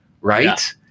right